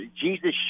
Jesus